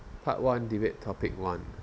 part one debate topic one